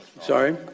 Sorry